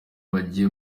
bajye